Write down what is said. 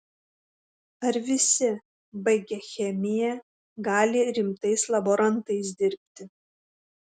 ar visi baigę chemiją gali rimtais laborantais dirbti